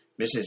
Mrs